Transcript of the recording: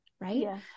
right